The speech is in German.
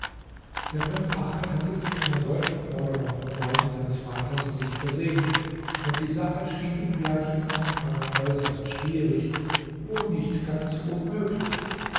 der prinz ahmed hatte sich einer solchen forderung von seiten seines vaters nicht versehen und die sache schien ihm gleich im anfange äußerst schwierig wo nicht ganz unmöglich